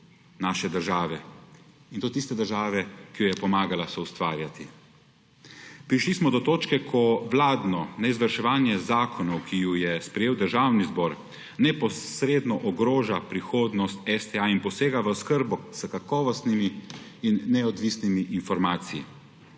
naše države. In to tiste države, ki jo je pomagala soustvarjati. Prišli smo do točke ko vladno neizvrševanje zakonov, ki ju je sprejel državni zbor, neposredno ogroža prihodnost STA in posega v oskrbo s kakovostnimi in neodvisnimi informacijami.